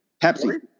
Pepsi